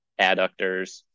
adductors